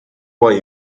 why